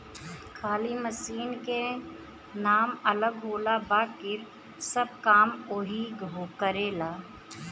खाली मशीन के नाम अलग होला बाकिर सब काम ओहीग करेला